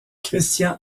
christian